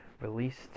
Released